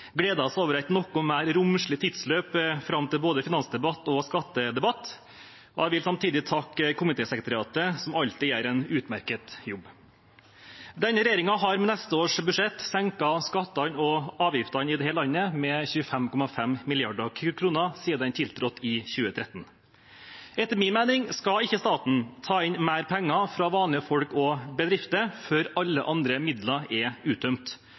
over et noe mer romslig tidsløp fram til både finansdebatt og skattedebatt. Jeg vil samtidig takke komitésekretariatet, som alltid gjør en utmerket jobb. Denne regjeringen har med neste års budsjett senket skattene og avgiftene i dette landet med 25,5 mrd. kr siden den tiltrådte i 2013. Etter min mening skal ikke staten ta inn mer penger fra vanlige folk og bedrifter før alle andre midler er uttømt,